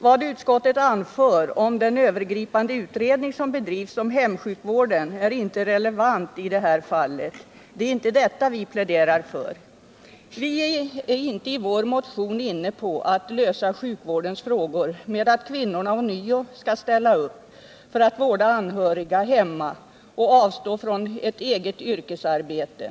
Vad utskottet anför om den övergripande utredning som bedrivs om hemsjukvården är inte relevant i detta fall. Vi pläderar i vår motion inte för att man skall lösa sjukvårdens problem genom att kvinnorna ånyo skall ställa upp för att vårda anhöriga hemma och avstå från ett eget yrkesarbete.